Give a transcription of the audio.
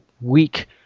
week